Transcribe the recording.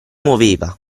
muoveva